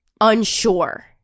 unsure